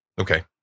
Okay